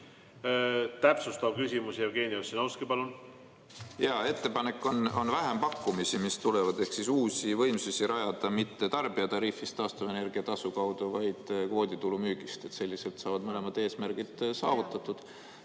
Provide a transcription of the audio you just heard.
Täpsustav küsimus. Jevgeni Ossinovski, palun! Jaa, ettepanek on vähempakkumisi, mis tulevad, ehk uusi võimsusi rajada mitte tarbijatariifist taastuvenergia tasu kaudu, vaid kvooditulu müügist. Selliselt saavad mõlemad eesmärgid kenasti saavutatud